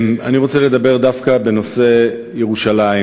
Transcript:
אני רוצה לדבר דווקא בנושא ירושלים,